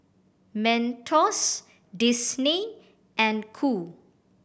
Mentos Disney and Qoo